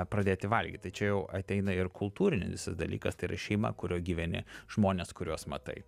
pradėti valgyt tai čia jau ateina ir kultūrinis visas dalykas tai yra šeima kurioj gyveni žmonės kuriuos matai